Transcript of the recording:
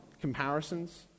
comparisons